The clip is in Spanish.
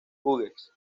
hughes